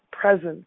presence